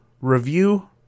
review